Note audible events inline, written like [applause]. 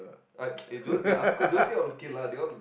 like [noise] eh Jose of course Josie all okay lah they all